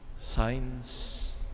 signs